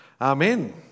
Amen